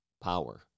power